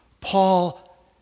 Paul